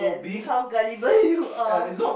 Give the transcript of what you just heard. how gullible you are